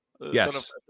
Yes